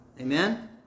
Amen